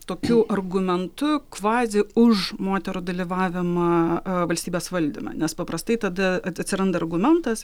tokiu argumentu kvazi už moterų dalyvavimą valstybės valdyme nes paprastai tada at atsiranda argumentas